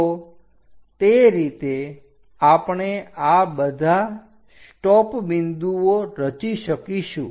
તો તે રીતે આપણે આ બધા સ્ટોપ બિંદુઓ રચી શકીશું